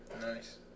Nice